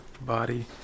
Body